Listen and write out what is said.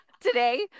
today